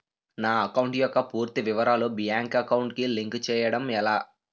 నా అకౌంట్ యెక్క పూర్తి వివరాలు బ్యాంక్ అకౌంట్ కి లింక్ చేయడం ఎలా?